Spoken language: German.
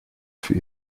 für